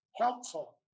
helpful